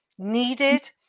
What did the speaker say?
Needed